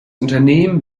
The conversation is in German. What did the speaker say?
unternehmen